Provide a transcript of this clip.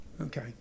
Okay